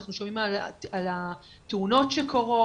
אנחנו שומעים על התאונות שקורות,